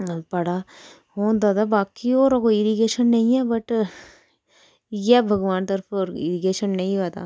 बड़ा ओह् होंदा ते बाकी होर कोई इरीगेशन नेईं ऐ बट इ'यै भगवान तरफूं इरीगेशन नेईं होऐ तां